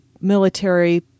military